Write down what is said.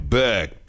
back